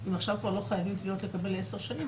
אם עכשיו כבר לא חייבים טביעות כדי לקבל מסמך לעשר שנים,